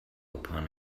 upon